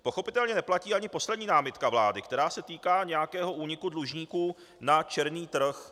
Pochopitelně neplatí ani poslední námitka vlády, která se týká nějakého úniku dlužníků na černý trh.